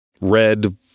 Red